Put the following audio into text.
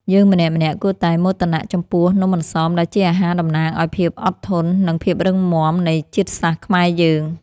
យើងម្នាក់ៗគួរតែមោទនៈចំពោះនំអន្សមដែលជាអាហារតំណាងឱ្យភាពអត់ធន់ និង ភាពរឹងមាំនៃជាតិសាសន៍ខ្មែរយើង។